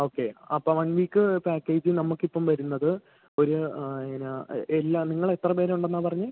okay അപ്പോൾ one week പാക്കേജിൽ നമുക്കിപ്പോൾ വരുന്നത് ഒരു ആ എന്നാൽ എല്ലാ നിങ്ങളെത്ര പേരുണ്ടെന്നാണ് പറഞ്ഞത്